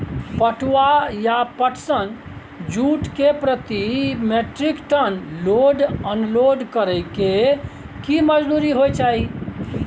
पटुआ या पटसन, जूट के प्रति metric ton load unload करै के की मजदूरी होय चाही?